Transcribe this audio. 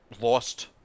lost